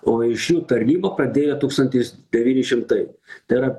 o iš jų tarnybą pradėjo tūkstantis devyni šimtai tai yra